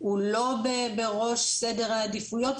הוא לא בראש סדר העדיפויות.